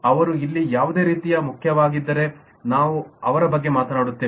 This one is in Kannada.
ಅವರು ಇಲ್ಲಿ ಯಾವುದೇ ರೀತಿಯಲ್ಲಿ ಮುಖ್ಯವಾಗಿದ್ದರೆ ನಾವು ಅದರ ಬಗ್ಗೆ ಮಾತನಾಡುತ್ತೇವೆ